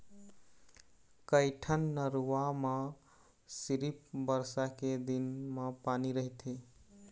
कइठन नरूवा म सिरिफ बरसा के दिन म पानी रहिथे